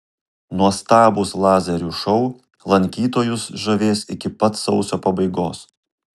nuostabūs lazerių šou lankytojus žavės iki pat sausio pabaigos